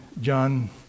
John